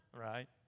right